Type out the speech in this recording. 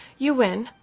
you win,